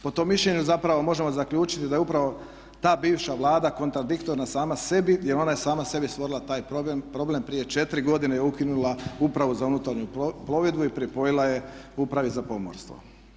Po tom mišljenju zapravo možemo zaključiti da je upravo ta bivša Vlada kontradiktorna sama sebi jer ona je sama sebi stvorila taj problem prije 4 godine i ukinula Upravu za unutarnju plovidbu i pripojila je Upravi za pomorstvo.